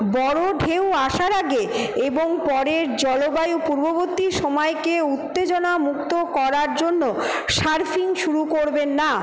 বড় ঢেউ আসার আগে এবং পরের জলবায়ু পূর্ববর্তী সময়কে উত্তেজনামুক্ত করার জন্য সার্ফিং শুরু করবেন না